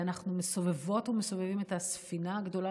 ואנחנו מסובבות ומסובבים את הספינה הגדולה